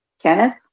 Kenneth